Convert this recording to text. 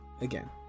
again